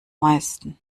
meisten